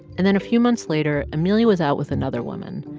and then a few months later, amelia was out with another woman.